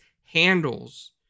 handles